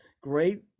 great